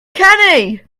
kenny